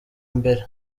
mbere